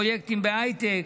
פרויקטים בהייטק,